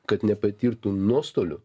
kad nepatirtų nuostolių